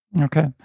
Okay